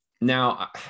Now